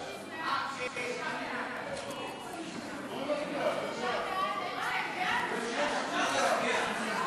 פינוי ובינוי (פיצויים) (תיקון מס' 4) (פינוי בשל סירוב בלתי סביר),